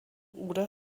oder